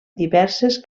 diverses